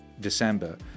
December